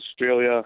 Australia